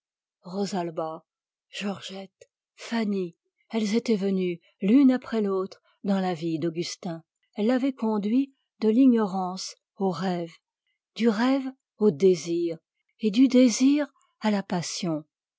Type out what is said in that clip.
rosalba georgette fanny elles étaient venues l'une après l'autre dans la vie d'augustin elles l'avaient conduit de l'ignorance au rêve du rêve au désir et du désir à la passion